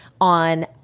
on